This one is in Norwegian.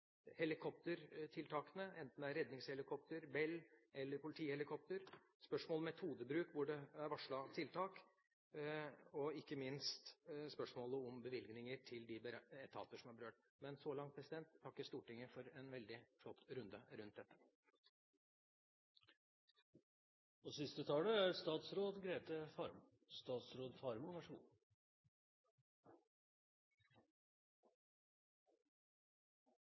helikoptertiltakene, enten det er redningshelikopter eller Bell eller politihelikopter, spørsmålet om metodebruk, hvor det er varslet tiltak, og ikke minst spørsmålet om bevilgninger til de etater som er berørt. – Men så langt takker jeg Stortinget for en veldig flott runde om dette.